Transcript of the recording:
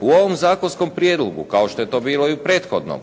U ovom zakonskom prijedlogu kao što je to bilo i u prethodnom,